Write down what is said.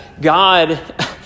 God